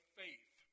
faith